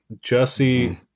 Jesse